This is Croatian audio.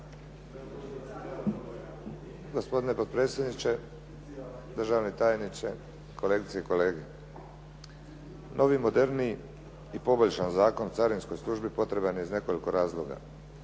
Gospodine potpredsjedniče, državni tajniče, kolegice i kolege. Novi moderniji i poboljšan Zakon o carinskoj službi potreban je iz nekoliko razloga.